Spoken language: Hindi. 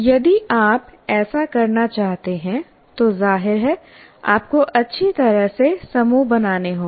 यदि आप ऐसा करना चाहते हैं तो जाहिर है आपको अच्छी तरह से समूह बनाने होंगे